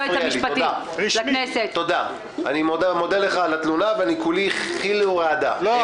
אני מודה לך על התלונה וכולי חיל ורעדה ממנה.